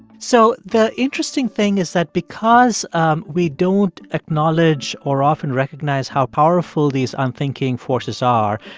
so the interesting thing is that because um we don't acknowledge or often recognize how powerful these unthinking forces are,